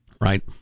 right